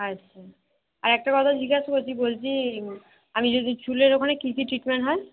আচ্ছা আর একটা কথা জিজ্ঞেস করছি বলছি আমি যদি চুলের ওখানে কি কি ট্রিটমেন্ট হয়